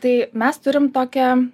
tai mes turim tokią